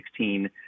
2016